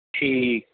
ਠੀਕ